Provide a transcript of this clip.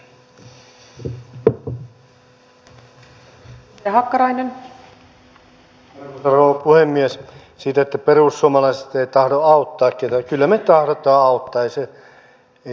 täällä on moneen kertaan todettu että pöydän molemmilla puolilla tarvitaan nyt asenteellisia muutoksia ja tähän joukkoon myös itse haluan kuulua niin että kehotankin järjestöjä tähän vakavasti suhtautumaan